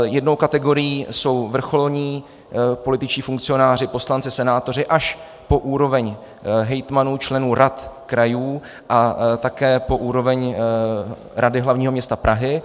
Jednou kategorií jsou vrcholní političtí funkcionáři, poslanci, senátoři, až po úroveň hejtmanů, členů rad krajů a také po úroveň Rady hlavního města Prahy.